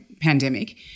pandemic